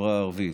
בחברה הערבית.